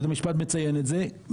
בית המשפט מציין את זה,